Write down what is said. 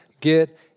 get